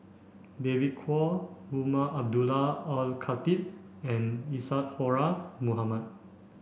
David Kwo Umar Abdullah Al Khatib and Isadhora Mohamed